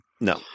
no